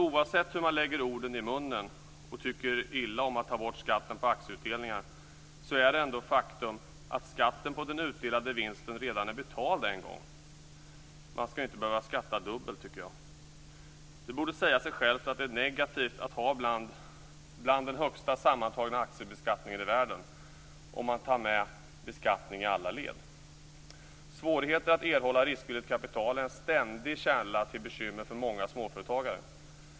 Oavsett hur man lägger orden i munnen och tycker illa om att ta bort skatten på aktieutdelningar är det ändå ett faktum att skatten på den utdelade vinsten redan är betald en gång, och jag tycker inte att man skall behöva skatta dubbelt. Det borde säga sig självt att det är negativt att ha en av de högsta sammantagna aktiebeskattningarna i världen, om man tar med beskattningen i alla led. Svårigheter att erhålla riskvilligt kapital är en ständig källa till bekymmer för många småföretagare.